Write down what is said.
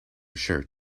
shirt